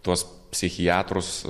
tuos psichiatrus